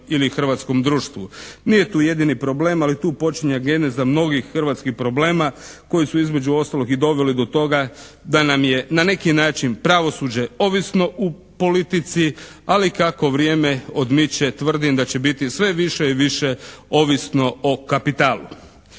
ili hrvatskom društvu. Nije to jedini problem, ali tu počinje geneza mnogih hrvatskih problema koje su između ostalog i dovele do toga da nam je na neki način pravosuđe ovisno o politici ali kako vrijeme odmiče tvrdim da će biti sve više i više ovisno o kapitalu.